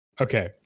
okay